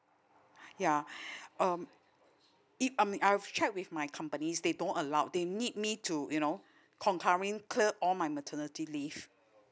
ya um if I mean I've check with my companies they don't allow they need me to you know concurrent clear all my maternity leave